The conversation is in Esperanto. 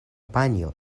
panjo